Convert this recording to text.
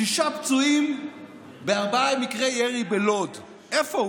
שישה פצועים בארבעה מקרי ירי בלוד, איפה הוא?